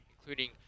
including